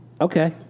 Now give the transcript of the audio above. Okay